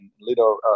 little